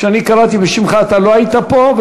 כשאני קראתי בשמך אתה לא היית פה,